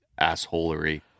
assholery